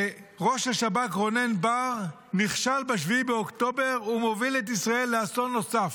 שראש השב"כ רונן בר נכשל ב-7 באוקטובר ומוביל את ישראל לאסון נוסף.